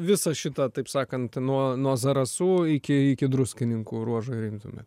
visą šitą taip sakant nuo nuo zarasų iki iki druskininkų ruožą ir imtume